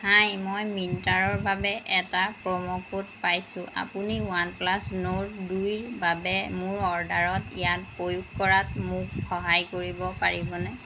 হাই মই মিন্ত্ৰাৰ বাবে এটা প্ৰম' কোড পাইছোঁ আপুনি ৱানপ্লাছ নৰ্ড দুইৰ বাবে মোৰ অৰ্ডাৰত ইয়াক প্ৰয়োগ কৰাত মোক সহায় কৰিব পাৰিবনে